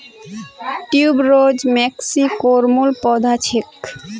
tuberose मेक्सिकोर मूल पौधा छेक